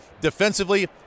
Defensively